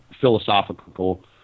philosophical